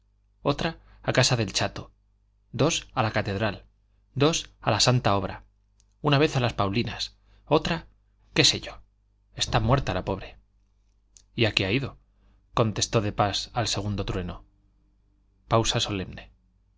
otra a casa del chato dos a la catedral dos a la santa obra una vez a las paulinas otra qué sé yo está muerta la pobre y a qué ha ido contestó de pas al segundo trueno pausa solemne